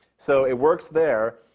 so it works there.